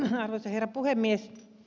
arvoisa herra puhemies